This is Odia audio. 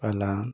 ପାଲା